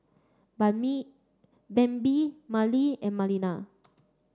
Bambi Merle and Melina